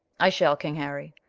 i shall, king harry.